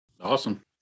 Awesome